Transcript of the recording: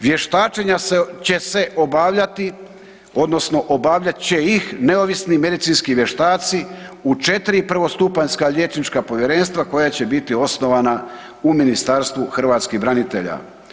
Vještačenja će se obavljati, odnosno obavljat će ih neovisni medicinski vještaci u 4 prvostupanjska liječnička povjerenstva koja će biti osnovana u Ministarstvu hrvatskih branitelja.